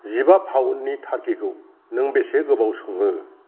जिबा पाउन्डनि टार्किखौ नों बेसे गोबाव सङो